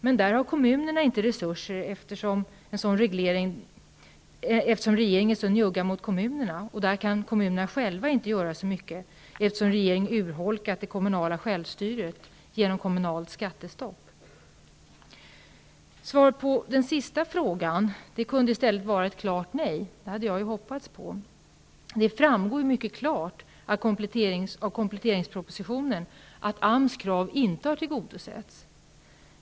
Men kommunerna har inte resurser, eftersom regeringen är så njugg mot kommunerna. Kommunerna kan själva inte göra så mycket, eftersom regeringen urholkat det kommunala självstyret genom kommunalt skattestopp. Svaret på den sista frågan kunde i stället ha varit ett klart nej. Det hade jag hoppats på. Det framgår mycket klart av kompletteringspropositionen att AMS krav inte har tillgodosetts.